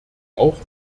auch